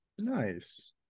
Nice